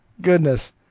Goodness